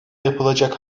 yapılacak